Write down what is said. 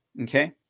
okay